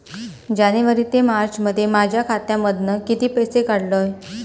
जानेवारी ते मार्चमध्ये माझ्या खात्यामधना किती पैसे काढलय?